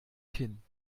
kinn